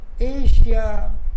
Asia